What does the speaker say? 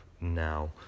now